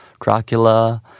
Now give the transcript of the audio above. dracula